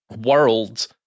worlds